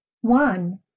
one